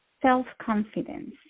self-confidence